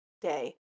Day